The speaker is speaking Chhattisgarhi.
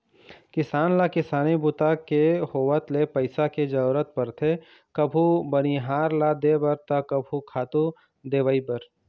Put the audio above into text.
किसान ल किसानी बूता के होवत ले पइसा के जरूरत परथे कभू बनिहार ल देबर त कभू खातू, दवई बर